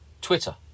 Twitter